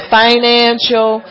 financial